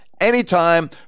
anytime